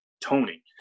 Tony